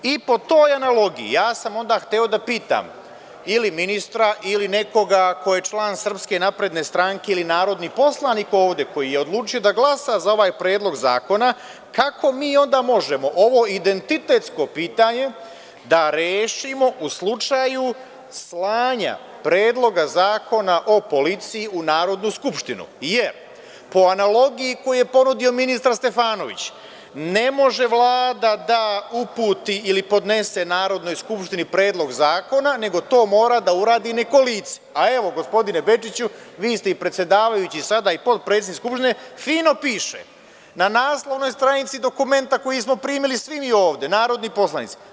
I po toj analogiji, ja sam onda hteo da pitam ili ministra ili nekoga ko je član SNS ili narodni poslanik ovde koji je odlučio da glasa za ovaj Predlog zakona, kako mi onda možemo ovo identitetsko pitanje da rešimo u slučaju slanja Predloga zakona o policiji u Narodnu skupštinu, jer po analogiji koju je ponudio ministar Stefanović ne može Vlada da uputi ili podnese Narodnoj skupštini predlog zakona nego to mora da uradi neko lice, a, evo, gospodine Bečiću, vi ste i predsedavajući sada i potpredsednik Skupštine fino piše – na naslovnoj stranici dokumenta koji smo primili svi mi ovde narodni poslanici.